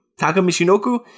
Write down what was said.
Takamishinoku